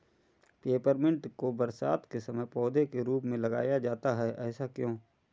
Peppermint को बरसात के समय पौधे के रूप में लगाया जाता है ऐसा क्यो?